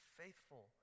faithful